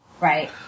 Right